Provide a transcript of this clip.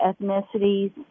ethnicities